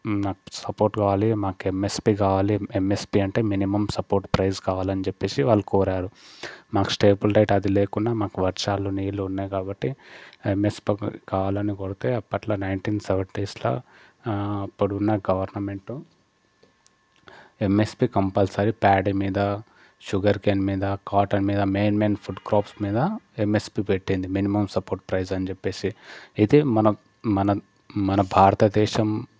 మాక్ support కావాలి మాకు MSP కావాలి ఎంఎస్పి అంటే మినిమం సపోర్ట్ ప్రైస్ కావాలని చెప్పేసి వాళ్ళు కోరారు మాకు టేబుల్ రైట్ అది లేకున్నా మాకు వర్షాలు నీళ్లు ఉన్నాయి కాబట్టి ఎంఎస్పి కావాలని కోరితే అప్పట్లో నైన్టీన్ సెవెంటీన్స్లో అప్పుడు ఉన్న గవర్నమెంట్ ఎంఎస్పి కంపల్సరీ ప్యాడ్ మీద షుగర్ కేన్ మీద కాటన్ మీద మెయిన్ మెయిన్ ఫుడ్ కాప్స్ మీద ఎంఎస్పి పెట్టింది మినిమం సపోర్ట్ ప్రైస్ అని చెప్పేసి ఇది మన మన మన భారతదేశం